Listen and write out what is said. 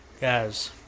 Guys